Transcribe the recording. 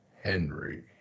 Henry